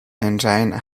engine